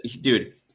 Dude